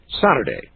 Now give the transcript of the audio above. Saturday